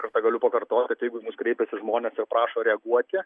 kartą galiu pakartoti kad jeigu kreipiasi žmonės ir prašo reaguoti